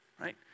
right